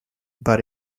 but